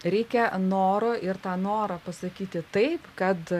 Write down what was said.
reikia noro ir tą norą pasakyti taip kad